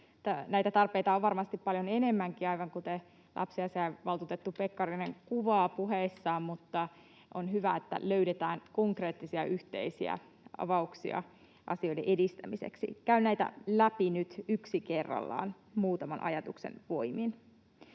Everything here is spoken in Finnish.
Näitä tarpeita on varmasti paljon enemmänkin, aivan kuten lapsiasiainvaltuutettu Pekkarinen kuvaa puheissaan, mutta on hyvä, että löydetään konkreettisia yhteisiä avauksia asioiden edistämiseksi. Käyn näitä läpi nyt yksi kerrallaan muutaman ajatuksen voimin.